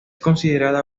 considerada